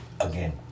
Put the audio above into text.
again